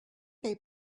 they